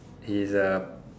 his uh